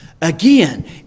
Again